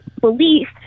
belief